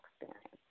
experience